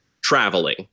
traveling